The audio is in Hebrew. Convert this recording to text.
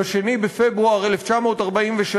ב-2 בפברואר 1943,